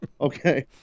Okay